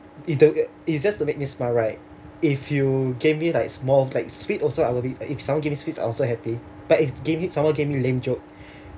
it just it's just to make me smile right if you gave me like small o~ like sweet also I will be if someone give me sweets I also happy but if give it if someone give me lame jokes